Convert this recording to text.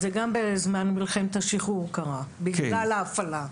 זה גם בזמן מלחמת השחרור קרה, בגלל העגלה.